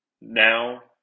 now